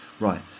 Right